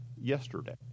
yesterday